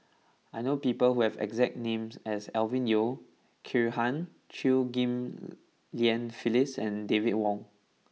I know people who have the exact name as Alvin Yeo Khirn Hai Chew Ghim Lian Phyllis and David Wong